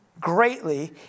greatly